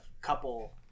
couple